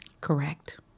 correct